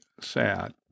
sad